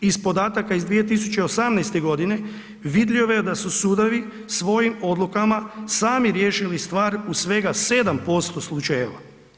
Iz podataka iz 2018. g. vidljivo je da su sudovi svojim odlukama sami riješili stvar u svega 7% slučajeva.